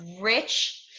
rich